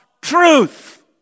truth